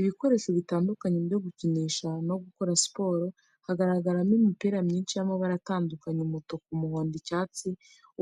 Ibikoresho bitandukanye byo gukinisha no gukora siporo. Haragaragaramo imipira myinshi y’amabara atandukanye, umutuku, umuhondo, icyatsi,